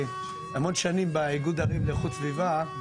המון שנים ודי פעיל באיגוד ערים לאיכות סביבה,